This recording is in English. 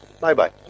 bye-bye